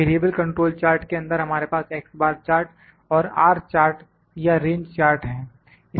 variable control chart के अंदर हमारे पास X बार चार्ट और R चार्ट या रेंज चार्ट हैं